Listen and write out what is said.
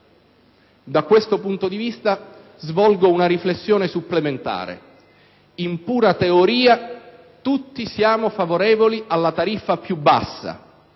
Da questo punto di vista, svolgo una riflessione supplementare. In pura teoria tutti siamo favorevoli alla tariffa più bassa;